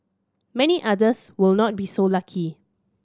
many others will not be so lucky